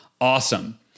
awesome